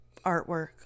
artwork